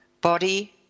Body